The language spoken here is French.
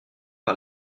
par